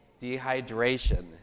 dehydration